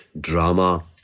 drama